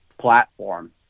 platform